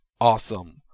awesome